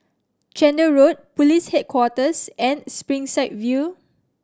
Chander Road Police Headquarters and Springside View